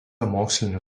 mokslinių